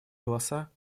голоса